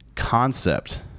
Concept